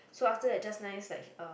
so after that just nice like she uh